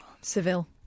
Seville